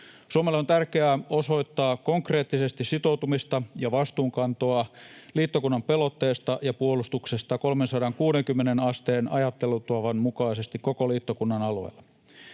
Suomelle on tärkeää osoittaa konkreettisesti sitoutumista ja vastuunkantoa liittokunnan pelotteesta ja puolustuksesta 360 asteen ajattelutavan mukaisesti koko liittokunnan alueella.